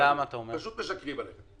פשוט משקרים לנו.